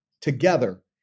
together